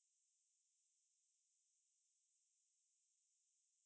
ரொம்ப களைப்பா களைப்பா என்னது களைப்பா இருக்கு:romba kalaippaa kaalaippaa ennathu kalaippaa irukku